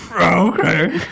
Okay